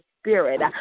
spirit